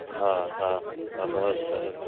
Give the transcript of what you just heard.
હા હા આભાર સાહેબ